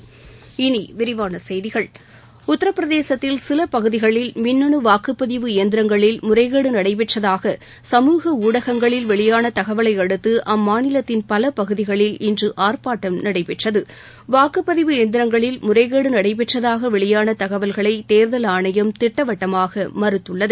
இனி விரிவான செய்திகள் உத்தரப்பிரதேசத்தில் சில பகுதிகளில் மின்னனு வாக்குப்பதிவு இயந்திரங்களில் முறைகேடு நடைபெற்றதாக சமூக ஊடகங்களில் வெளியாள தகவலை அடுத்து அம்மாநிலத்தின் பல பகுதிகளில் இன்று ஆர்ப்பாட்டம் நடைபெற்றது வாக்குப்பதிவு இயந்திரங்களில் முறைகேடு நடைபெற்றதாக வெளியான தகவல்களை தேர்தல் ஆணையம் திட்டவட்டமாக மறுத்துள்ளது